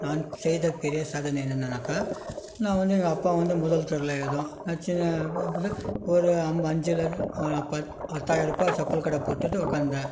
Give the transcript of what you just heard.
நான் செய்த பெரிய சாதனை என்னென்னாக்க நான் வந்து எங்கள் அப்பா வந்து முதல் தான் ஒரு சின்ன ஒரு அஞ்சுல பத் பத்தாயரரூபா செப்பல் கடை போட்டுட்டு உட்காந்தேன்